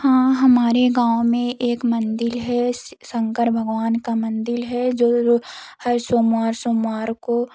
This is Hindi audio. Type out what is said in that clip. हाँ हमारे गाँव में एक मंदिर हैं शंकर भगवान का मंदिर हैं जो रो हर सोमवार सोमवार को